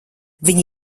viņi